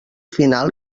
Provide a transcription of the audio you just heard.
final